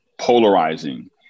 polarizing